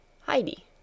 Heidi